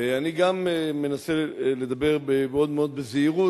ואני גם מנסה לדבר מאוד-מאוד בזהירות,